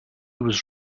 was